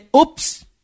oops